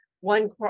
one